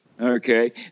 Okay